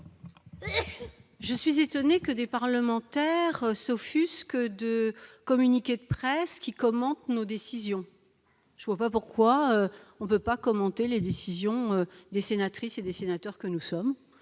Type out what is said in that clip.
Je m'étonne que certains parlementaires s'offusquent de communiqués de presse qui commentent nos décisions. Je ne vois pas pourquoi l'on ne pourrait pas commenter les choix des sénatrices et des sénateurs que nous sommes.